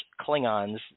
Klingons